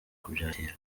kubyakira